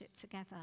together